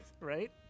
Right